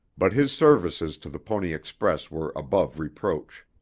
but his services to the pony express were above reproach.